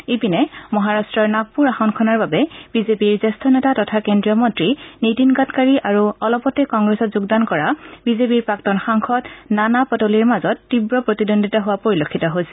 ইপিনে মহাৰাট্টৰ নাগপৰ আসনখনৰ বাবে বিজেপিৰ জ্যেষ্ঠ নেতা তথা কেন্দ্ৰীয় মন্নী নীতিন গাডকাৰী আৰু অলপতে কংগ্ৰেছত যোগদান কৰা বিজেপিৰ প্ৰাক্তন সাংসদ নানা পটোলিৰ মাজত তীৱ প্ৰতিদ্বন্দ্বিতা হোৱা পৰিলক্ষিত হৈছে